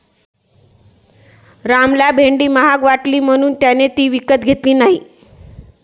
रामला भेंडी महाग वाटली म्हणून त्याने ती विकत घेतली नाही